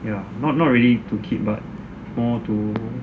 ya not not ready to keep but more to